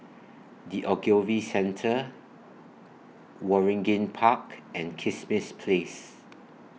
The Ogilvy Centre Waringin Park and Kismis Place